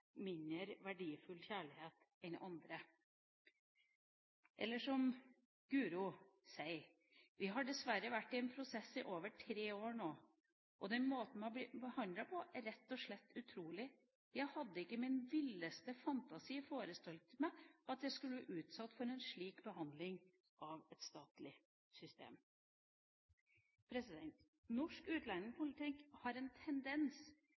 mindre verdifull enn andre. Eller som Guro sier: Vi har dessverre vært i en prosess i over tre år nå. Den måten man blir behandlet på, er rett og slett utrolig. Jeg hadde ikke i min villeste fantasi forestilt meg at jeg skulle bli utsatt for en slik behandling av et statlig system. Norsk utlendingspolitikk har en tendens